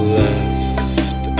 left